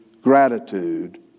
gratitude